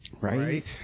Right